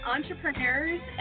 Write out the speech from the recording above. Entrepreneurs